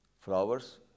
flowers